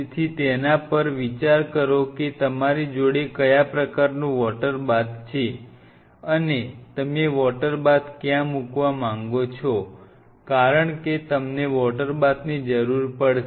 તેથી તેના પર વિચાર કરો કે તમારી જોડે કયા પ્રકારનું વોટરબાથ છે અને તમે વોટરબાથ ક્યાં મૂકવા માંગો છો કારણ કે તમને વોટરબાથની જરૂર પડશે